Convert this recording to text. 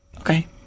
okay